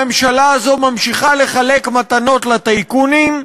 הממשלה הזו ממשיכה לחלק מתנות לטייקונים.